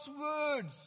words